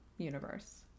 universe